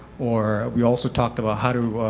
or we also talked about how to